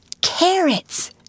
Carrots